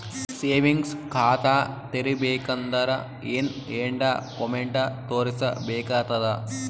Savings ಖಾತಾ ತೇರಿಬೇಕಂದರ ಏನ್ ಏನ್ಡಾ ಕೊಮೆಂಟ ತೋರಿಸ ಬೇಕಾತದ?